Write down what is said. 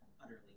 utterly